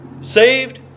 saved